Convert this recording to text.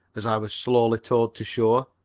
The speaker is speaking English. as i was slowly towed to shore.